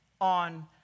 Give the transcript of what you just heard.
on